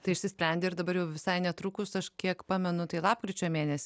tai išsisprendė ir dabar jau visai netrukus aš kiek pamenu tai lapkričio mėnesį